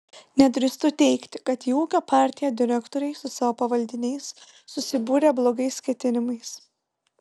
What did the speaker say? nedrįstu teigti kad į ūkio partiją direktoriai su savo pavaldiniais susibūrė blogais ketinimais